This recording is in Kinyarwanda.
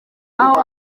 aho